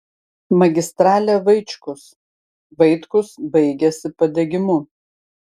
magistralė vaičkus vaitkus baigiasi padegimu